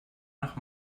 nach